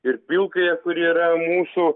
ir pilkąją kur yra mūsų